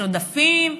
יש עודפים.